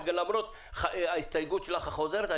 וזה למרות ההסתייגות שלך החוזרת,